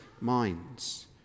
minds